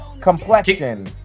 Complexion